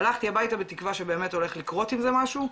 הלכתי הביתה בתקווה שבאמת הולך לקרות עם זה משהו.